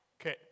Okay